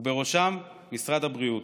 ובראשם משרד הבריאות.